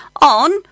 on